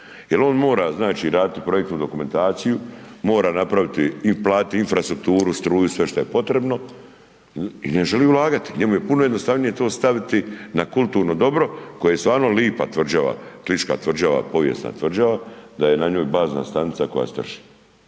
Jer on mora znači raditi projektnu dokumentaciju, mora napraviti i platiti infrastrukturu struju, sve šta je potrebno i ne želi ulagati, njemu je puno jednostavnije to staviti na kulturno dobro koje je stvarno lipa tvrđava, Kliška tvrđava povijesna tvrđava da je na njoj bazna stanica koja strši.